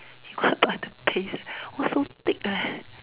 he go look at the paste !wah! so thick leh